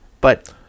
But-